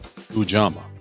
Ujamaa